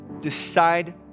decide